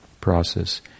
process